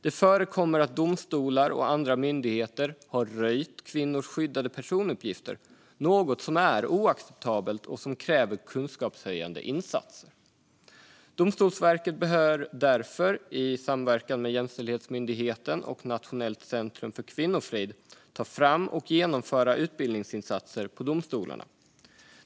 Det har förekommit att domstolar och andra myndigheter har röjt kvinnors skyddade personuppgifter, något som är oacceptabelt och som kräver kunskapshöjande insatser. Domstolsverket bör därför, i samverkan med Jämställdhetsmyndigheten och Nationellt centrum för kvinnofrid, ta fram och genomföra utbildningsinsatser för domstolarna.